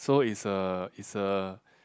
so it's a it's a